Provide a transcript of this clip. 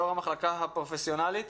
יו"ר המחלקה הפרופסיונלית,